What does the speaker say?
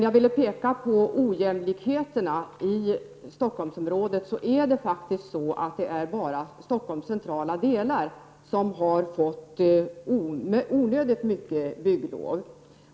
Jag vill emellertid peka på ojämlikheterna i Stockholmsområdet, eftersom det i Stockholms centrala delar har givits väldigt mycket bygglov.